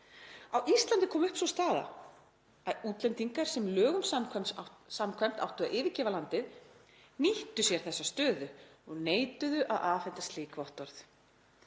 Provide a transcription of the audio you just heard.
Á Íslandi er komin upp sú staða að útlendingar sem lögum samkvæmt áttu að yfirgefa landið, nýttu sér þessa stöðu og neituðu að afhenda slík vottorð.“